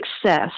success